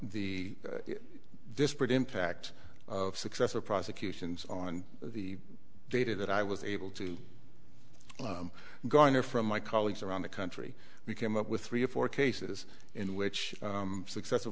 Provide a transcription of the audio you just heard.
the disparate impact of successful prosecutions on the data that i was able to going there from my colleagues around the country we came up with three or four cases in which successful